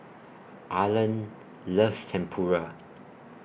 Arlan loves Tempura